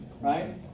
right